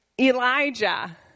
Elijah